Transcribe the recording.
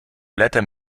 blätter